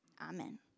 Amen